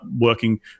working